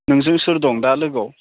नोंजों सोर दं दा लोगोआव